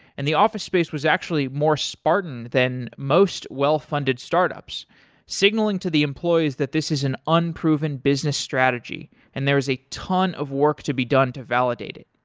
and the office space was actually more spartan than most well-funded startups signaling to the employees that this is an unproven business strategy and there was a ton of work to be done to validate it.